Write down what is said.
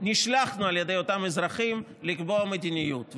נשלחנו על ידי אותם אזרחים לקבוע מדיניות.